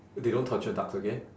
they don't torture ducks okay